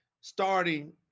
starting